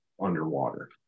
underwater